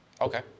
Okay